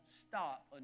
stop